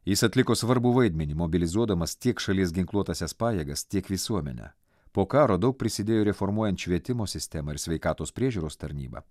jis atliko svarbų vaidmenį mobilizuodamas tiek šalies ginkluotąsias pajėgas tiek visuomenę po karo daug prisidėjo reformuojant švietimo sistemą ir sveikatos priežiūros tarnybą